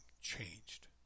changed